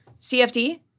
CFD